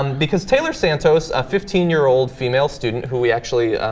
um because taylor santos of fifteen-year-old female student who we actually ah.